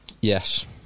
Yes